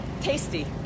tasty